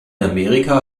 amerika